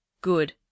good